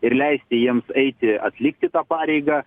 ir leisti jiems eiti atlikti tą pareigą